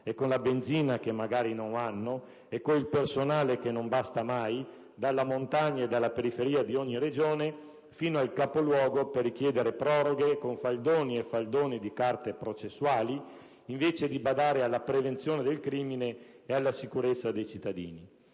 con la benzina che magari non hanno, con il personale che non basta mai - dalla montagna alla periferia di ogni regione fino al capoluogo per richiedere proroghe, con faldoni e faldoni di carte processuali, invece di badare alla prevenzione del crimine e alla sicurezza dei cittadini.